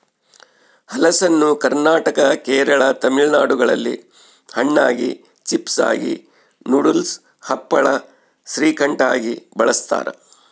ಹಲಸನ್ನು ಕರ್ನಾಟಕ ಕೇರಳ ತಮಿಳುನಾಡುಗಳಲ್ಲಿ ಹಣ್ಣಾಗಿ, ಚಿಪ್ಸಾಗಿ, ನೂಡಲ್ಸ್, ಹಪ್ಪಳ, ಶ್ರೀಕಂಠ ಆಗಿ ಬಳಸ್ತಾರ